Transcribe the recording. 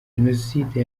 jenoside